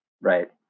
right